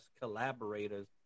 collaborators